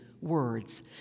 words